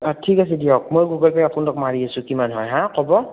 অঁ ঠিক আছে দিয়ক মই গুগল পে'ত আপোনাক মাৰি আছোঁ কিমান হয় হা ক'ব